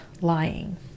lying